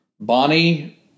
Bonnie